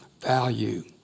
value